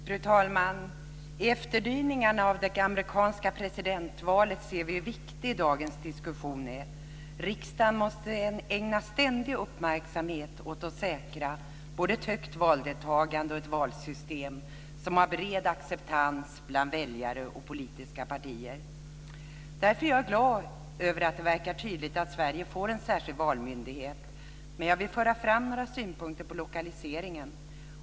Fru talman! I efterdyningarna av det amerikanska presidentvalet ser vi hur viktig dagens diskussion är. Riksdagen måste ständigt ägna uppmärksamhet åt att säkra både ett högt valdeltagande och ett valsystem som har en bred acceptans bland väljare och politiska partier. Därför är jag glad över att det verkar vara tydligt att Sverige får en särskild valmyndighet men jag vill föra fram några synpunkter på lokaliseringen.